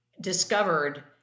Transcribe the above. discovered